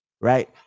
right